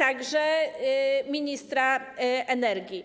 jak i do ministra energii.